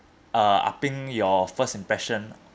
uh upping your first impression